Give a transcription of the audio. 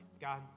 God